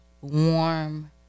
warm